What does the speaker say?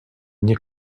nie